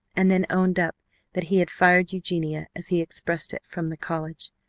and then owned up that he had fired eugenia, as he expressed it, from the college.